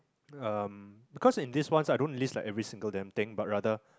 um because in these ones I don't list like every single damn thing but rather